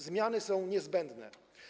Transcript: Zmiany są niezbędne.